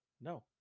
No